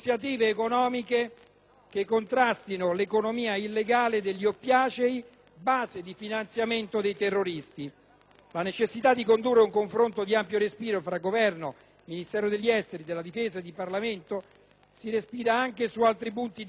che contrastino l'economia illegale degli oppiacei, base di finanziamento dei terroristi. La necessità di condurre un confronto di ampio respiro fra Governo, Ministero degli esteri e della difesa e Parlamento, si evidenzia anche su altri punti deboli del disegno di legge,